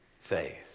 faith